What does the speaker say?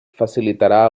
facilitarà